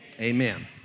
Amen